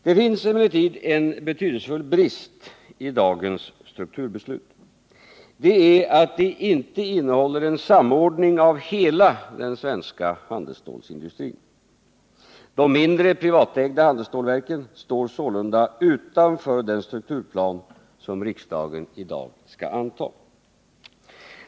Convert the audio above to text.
Det finns emellertid en betydelsefull brist i dagens strukturbeslut. Det är att det inte innehåller en samordning av hela den svenska handelsstålindustrin. De mindre, privatägda handelsstålverken står sålunda utanför den strukturplan som riksdagen i dag skall anta.